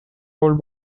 old